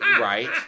right